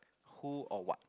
who or what